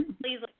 please